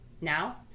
Now